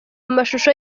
amashusho